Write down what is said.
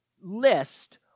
list